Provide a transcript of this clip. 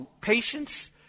patience